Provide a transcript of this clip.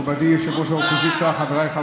רק שלא יקרא לי באמצע הנאום.